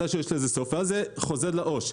מתישהו יש לזה סוף, ואז זה חוזר לעו"ש.